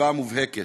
משוואה מובהקת: